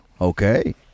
Okay